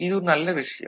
இது ஒரு நல்ல விஷயம்